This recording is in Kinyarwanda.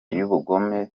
y’ubugome